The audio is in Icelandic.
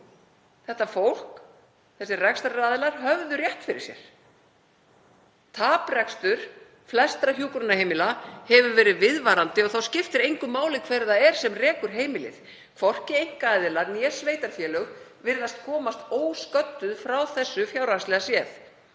tengslum við raunveruleikann, hefðu rétt fyrir sér. Taprekstur flestra hjúkrunarheimila hefur verið viðvarandi og þá skiptir engu máli hver það er sem rekur heimilið. Hvorki einkaaðilar né sveitarfélög virðast komast ósködduð frá þessu fjárhagslega séð.